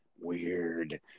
weird